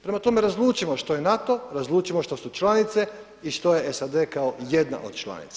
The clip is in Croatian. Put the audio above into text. Prema tome, razlučimo što je NATO, razlučimo što su članice i što je SAD kao jedna od članica.